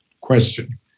question